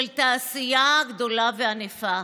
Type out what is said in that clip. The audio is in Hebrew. של תעשייה גדולה וענפה.